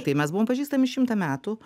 tai mes buvom pažįstami šimtą metų